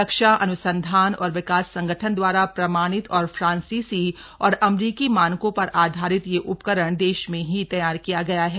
रक्षा अन्संधान और विकास संगठन दवारा प्रमाणित और फ्रांसीसी और अमरीकी मानकों पर आधारित यह उपकरण देश में ही तैयार किया गया है